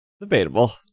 Debatable